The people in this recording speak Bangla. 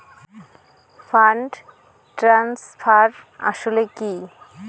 ফান্ড ট্রান্সফার আসলে কী?